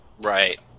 Right